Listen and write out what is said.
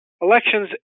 elections